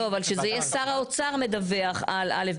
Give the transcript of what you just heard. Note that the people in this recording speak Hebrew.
אבל שזה יהיה שר האוצר שמדווח על א',